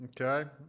okay